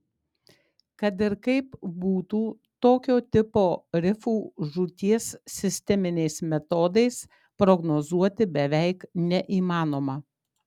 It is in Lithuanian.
kad ir kaip būtų tokio tipo rifų žūties sisteminiais metodais prognozuoti beveik neįmanoma